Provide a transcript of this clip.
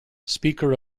speaker